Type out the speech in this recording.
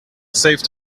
saved